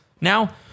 now